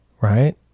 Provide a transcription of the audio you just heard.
right